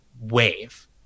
wave